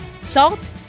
salt